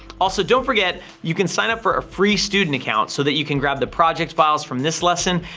also, don't forget, you can sign up for a free student account so that you can grab the project files from this lesson,